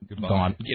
gone